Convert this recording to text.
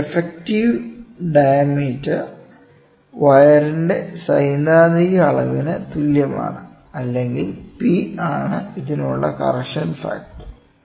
ഈ effective diameter വയറിന്റെ സൈദ്ധാന്തിക അളവിന് തുല്യമാണ് അല്ലെങ്കിൽ "P" ആണ് ഇതിനുള്ള കറക്ഷൻ ഫാക്ടർ